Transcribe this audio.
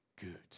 good